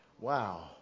Wow